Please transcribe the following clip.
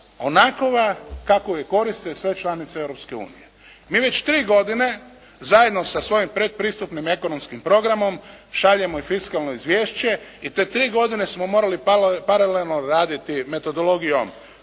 onakova kakovu je koriste sve članice Europske unije. Mi već tri godine zajedno sa svojim pretpristupnim ekonomskim programom šaljemo i fiskalno izvješće i te tri godine smo morali paralelno raditi metodologijom